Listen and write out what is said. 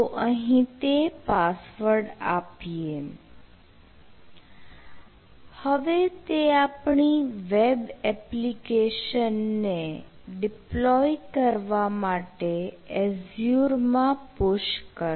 તો અહીં તે પાસવર્ડ આપીએ હવે તે આપણી વેબ એપ્લિકેશનને ડિપ્લોય કરવા માટે એઝ્યુર માં પુશ કરશે